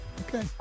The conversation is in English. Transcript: okay